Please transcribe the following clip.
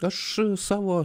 aš savo